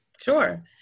Sure